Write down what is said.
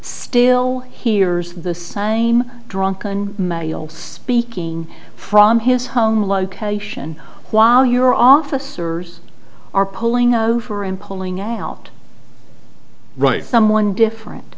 still hears the same drunken man speaking from his home location while your officers are pulling over and pulling out right someone different